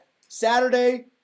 Saturday